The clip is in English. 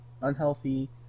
unhealthy